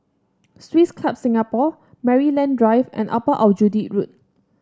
Swiss Club Singapore Maryland Drive and Upper Aljunied Road